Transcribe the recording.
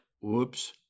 whoops